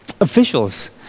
officials